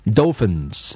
Dolphins，